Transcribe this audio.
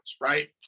right